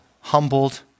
humbled